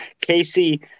Casey